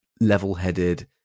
level-headed